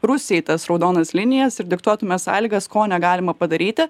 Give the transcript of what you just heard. rusijai tas raudonas linijas ir diktuotume sąlygas ko negalima padaryti